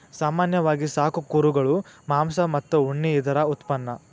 ಸಾಮಾನ್ಯವಾಗಿ ಸಾಕು ಕುರುಗಳು ಮಾಂಸ ಮತ್ತ ಉಣ್ಣಿ ಇದರ ಉತ್ಪನ್ನಾ